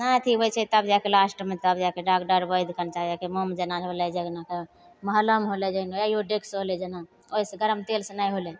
नहि अथी होइ छै तब जाके लास्टमे तब जाके डॉकटर वैद्य खन जा जाके मोन जेना होलै मलहम होलै जेना आयोडेक्स होलै जेना ओहिसे गरम तेल से नहि होलै